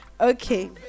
okay